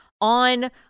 on